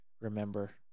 remember